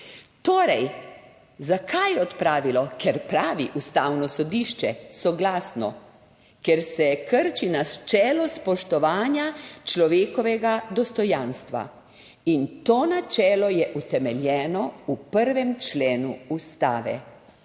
Torej zakaj je odpravilo? Ker pravi Ustavno sodišče soglasno, ker se krči načelo spoštovanja človekovega dostojanstva in to načelo je utemeljeno v 1. členu Ustave.